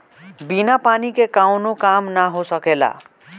बिना पानी के कावनो काम ना हो सकेला